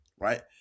right